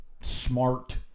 smart